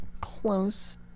close